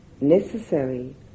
necessary